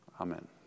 Amen